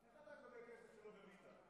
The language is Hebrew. איך אתה גובה כסף שלא גבית?